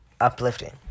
uplifting